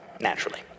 naturally